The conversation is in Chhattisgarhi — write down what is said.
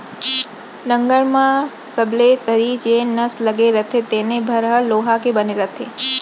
नंगर म सबले तरी जेन नस लगे रथे तेने भर ह लोहा के बने रथे